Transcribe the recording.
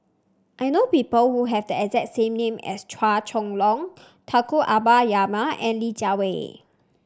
I know people who have the exact same name as Chua Chong Long Tunku Abdul Rahman and Li Jiawei